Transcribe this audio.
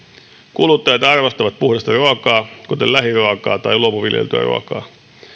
kuluttajat arvostavat puhdasta ruokaa kuten lähiruokaa tai luomuviljeltyä ruokaa